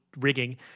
Rigging